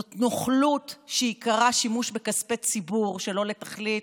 זאת נוכלות שעיקרה שימוש בכספי ציבור שלא לתכלית,